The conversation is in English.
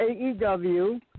AEW